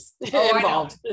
involved